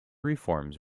reforms